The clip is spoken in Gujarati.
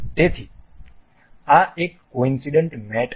તેથી આ એક કોઇન્સડનટ મેટ હતો